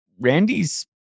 Randy's